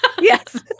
Yes